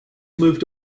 moved